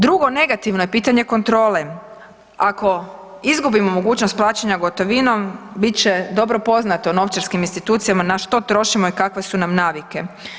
Drugo je negativno pitanje kontrole, ako izgubimo mogućnost plaćanja gotovinom bit će dobro poznato novčarskim institucijama na što trošimo i kakve su nam navike.